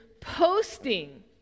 posting